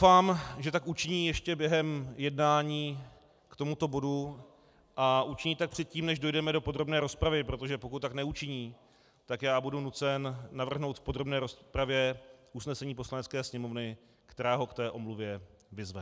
A doufám, že tak učiní ještě během jednání k tomuto bodu a učiní tak předtím, než dojdeme do podrobné rozpravy, protože pokud tak neučiní, tak já budu nucen navrhnout v podrobné rozpravě usnesení Poslanecké sněmovny, která ho k té omluvě vyzve.